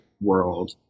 world